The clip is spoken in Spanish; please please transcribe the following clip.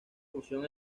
fusión